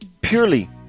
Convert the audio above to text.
purely